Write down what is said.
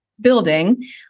building